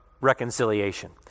reconciliation